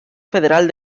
federal